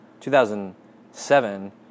2007